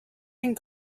and